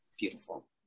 beautiful